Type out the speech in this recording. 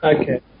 Okay